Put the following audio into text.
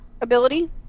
ability